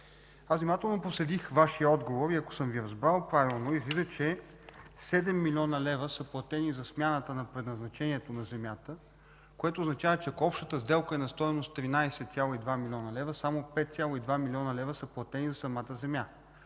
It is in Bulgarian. Аз внимателно проследих Вашия отговор и ако съм Ви разбрал правилно излиза, че 7 млн. лв. са платени за смяната на предназначението на земята, което означава, че ако общата сделка е на стойност 13,2 млн. лв., само 5,2 млн. лв. са платени за самата земя.